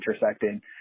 intersecting